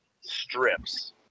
strips